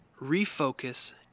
refocus